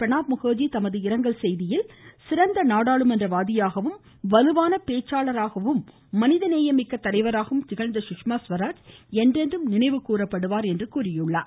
பிரணாப் முகர்ஜி தமது இரங்கல் செய்தியில் சிறந்த நாடாளுமன்ற வாதியாகவும் வலுவான பேச்சாளராகவும் மனித நேயமிக்க தலைவராகவும் திகழ்ந்த சுஷ்மா சுவராஜ் என்றென்றும் நினைவு கூறப்படுவார் என்று கூறியுள்ளார்